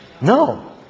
No